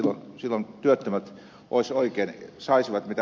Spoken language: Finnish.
silloin työttömät saisivat mitä haluaisivat